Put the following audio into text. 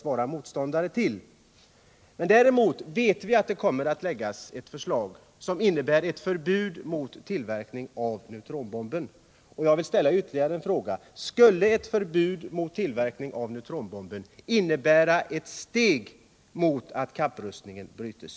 Vi vet att det kommer att läggas fram ett förslag som innebär förbud mot tillverkning av neutronbomben, och jag vill ställa ytterligare en fråga: Skulle ett förbud mot tillverkning av neutronbomben innebära ett steg mot att kapprustningen bryts?